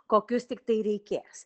kokius tiktai reikės